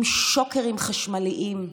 עם שוקרים חשמליים,